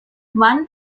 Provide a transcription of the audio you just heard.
one